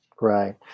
Right